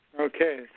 Okay